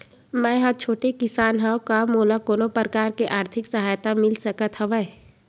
मै ह छोटे किसान हंव का मोला कोनो प्रकार के आर्थिक सहायता मिल सकत हवय?